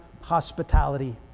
hospitality